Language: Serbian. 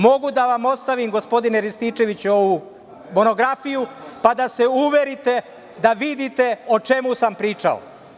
Mogu da vam ostavim, gospodine Rističeviću ovu monografiju pa da se uverite, da vidite o čemu sam pričao.